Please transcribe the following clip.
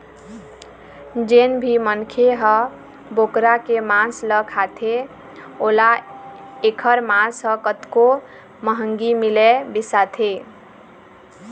जेन भी मनखे ह बोकरा के मांस ल खाथे ओला एखर मांस ह कतको महंगी मिलय बिसाथे